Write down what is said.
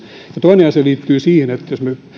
toinen asia liittyy siihen että jos me pyrimme